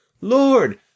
Lord